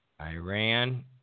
Iran